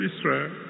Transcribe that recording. Israel